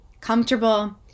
comfortable